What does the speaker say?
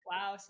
Wow